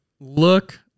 look